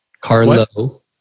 Carlo